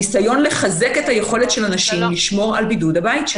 הניסיון לחזק את היכולת של אנשים לשמור על בידוד הבית שלהם.